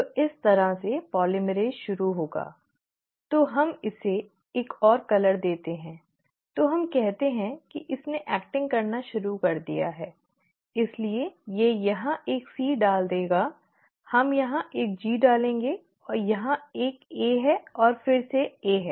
तो इस तरह से पॉलीमरेज़ शुरू होगा तो हम इसे एक और कलर देते हैं तो हम कहते हैं कि इसने एक्टिंग करना शुरू कर दिया है इसलिए यह यहां एक C डाल देगा हम यहां एक G डालेंगे यहां एक A है और फिर से A है